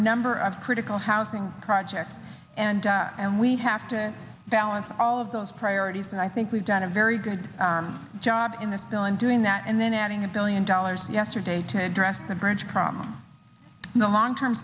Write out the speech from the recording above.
number of critical housing projects and and we have to balance all of those priorities and i think we've done a very good job in this bill in doing that and then adding a billion dollars yesterday to address the bridge problem in the long term